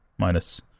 Minus